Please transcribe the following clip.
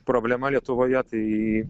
problema lietuvoje tai